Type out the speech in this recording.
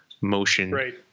motion